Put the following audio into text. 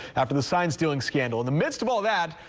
after the sign stealing scandal, the midst of all that